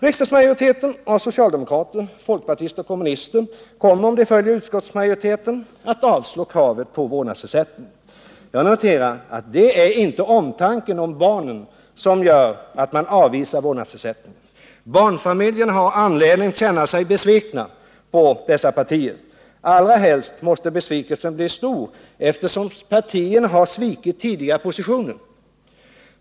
Riksdagsmajoriteten av socialdemokrater, folkpartister och kommunister kommer, om de följer utskottsmajoriteten, att avslå kravet på en vårdnadsersättning. Jag noterar att det inte är omtanken om barnen som gör att man avvisar vårdnadsersättningen. Barnfamiljerna har anledning känna sig besvikna på dessa partier, allra helst som partierna överger tidigare positioner.